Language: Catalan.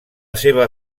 seva